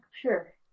sure